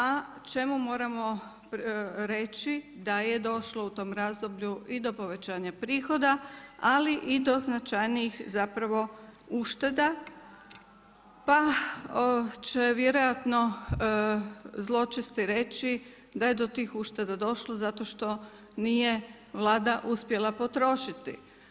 A čemu moramo reći da je došlo u tom razdoblju i do povećanja prihoda, ali i do značajnijih zapravo ušteda, pa će vjerojatno zločesti reći da je to tih ušteda došlo zato što nije Vlada uspjela potrošiti.